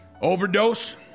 overdose